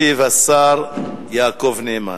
ישיב השר יעקב נאמן,